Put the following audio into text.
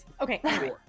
Okay